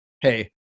Hey